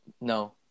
No